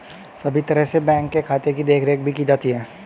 सभी तरह से बैंक के खाते की देखरेख भी की जाती है